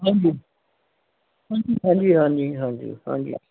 ਹਾਂਜੀ ਹਾਂਜੀ ਹਾਂਜੀ ਹਾਂਜੀ ਹਾਂਜੀ ਹਾਂਜੀ